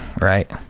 right